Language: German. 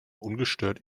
ungestört